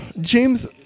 James